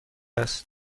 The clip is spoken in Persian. است